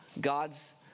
God's